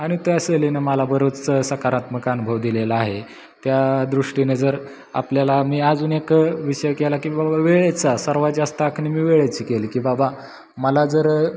आणि त्या सहलीने मला बराच सकारात्मक अनुभव दिलेला आहे त्या दृष्टीने जर आपल्याला मी अजून एक विषय केला की बाबा वेळेचा सर्वात जास्त आखणी मी वेळेची केली की बाबा मला जर